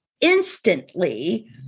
instantly